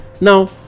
Now